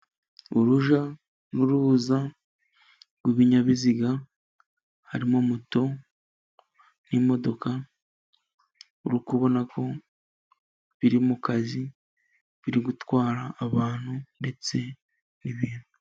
Urujya n'uruza rw'ibinyabiziga harimo moto n'imodoka, uri kubona ko biri mu kazi biri gutwara abantu ndetse n'ibintu.